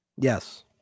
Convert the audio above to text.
yes